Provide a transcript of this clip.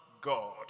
God